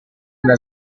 una